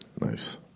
nice